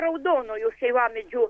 raudonojo šeivamedžio